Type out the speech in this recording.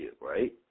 right